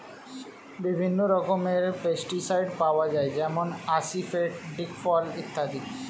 বিভিন্ন রকমের পেস্টিসাইড পাওয়া যায় যেমন আসিফেট, দিকফল ইত্যাদি